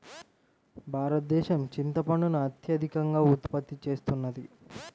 భారతదేశం చింతపండును అత్యధికంగా ఉత్పత్తి చేస్తున్నది